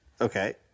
Okay